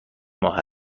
ماه